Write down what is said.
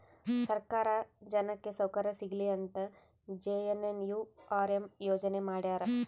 ಸರ್ಕಾರ ಜನಕ್ಕೆ ಸೌಕರ್ಯ ಸಿಗಲಿ ಅಂತ ಜೆ.ಎನ್.ಎನ್.ಯು.ಆರ್.ಎಂ ಯೋಜನೆ ಮಾಡ್ಯಾರ